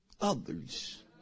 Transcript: others